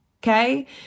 Okay